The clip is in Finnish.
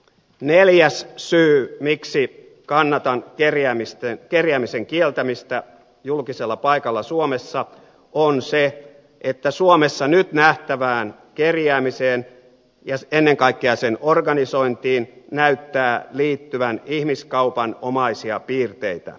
neljäs syy miksi kannatan kerjäämisen kieltämistä julkisella paikalla suomessa on se että suomessa nyt nähtävään kerjäämiseen ja ennen kaikkea sen organisointiin näyttää liittyvän ihmiskaupanomaisia piirteitä